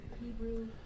Hebrew